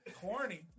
Corny